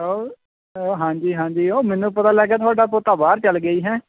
ਉਹ ਅ ਹਾਂਜੀ ਹਾਂਜੀ ਉਹ ਮੈਨੂੰ ਪਤਾ ਲੱਗ ਗਿਆ ਤੁਹਾਡਾ ਪੋਤਾ ਬਾਹਰ ਚੱਲ ਗਿਆ ਜੀ ਹੈ